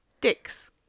dicks